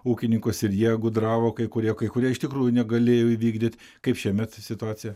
ūkininkus ir jie gudravo kai kurie kai kurie iš tikrųjų negalėjo įvykdyt kaip šiemet situacija